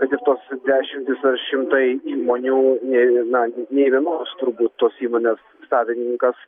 kad ir tos dešimtys ar šimtai įmonių nei na nei vienos turbūt tos įmonės savininkas